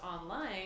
online